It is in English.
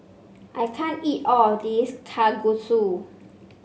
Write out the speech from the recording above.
I can't eat all of this Kalguksu